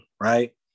right